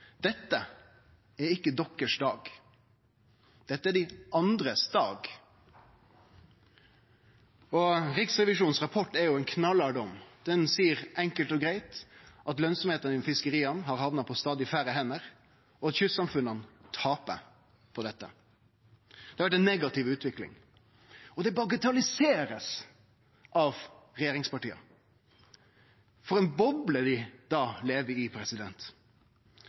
Dette er ikkje dykkar dag, dette er dei andre sin dag. Rapporten frå Riksrevisjonen er ein knallhard dom. Han seier enkelt og greitt at lønsemda innan fiskeria har hamna på stadig færre hender, og at kystsamfunna tapar på dette. Det har vore ei negativ utvikling, og det blir bagatellisert av regjeringspartia. For ei boble dei lever i.